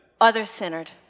Other-centered